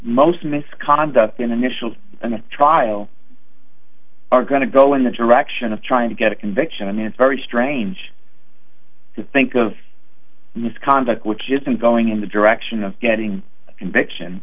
most misconduct in initial trial are going to go in the direction of trying to get a conviction and it's very strange to think of misconduct which isn't going in the direction of getting conviction